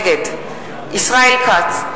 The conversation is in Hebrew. נגד ישראל כץ,